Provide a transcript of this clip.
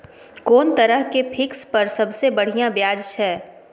कोन तरह के फिक्स पर सबसे बढ़िया ब्याज छै?